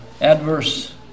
adverse